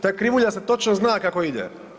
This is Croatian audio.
Ta krivulja se točno zna kako ide.